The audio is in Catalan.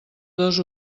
dos